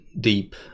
deep